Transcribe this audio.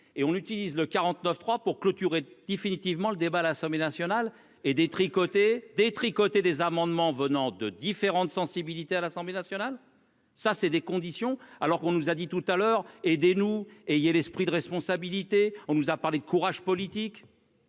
et on utilise le 49 3 pour clôturer définitivement le débat à l'Assemblée nationale et des tricoter, détricoter des amendements venant de différentes sensibilités à l'Assemblée nationale, ça c'est des conditions alors qu'on nous a dit tout à l'heure et des nous et il y a l'esprit de responsabilité, on nous a parlé de courage politique.